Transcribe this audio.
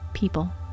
People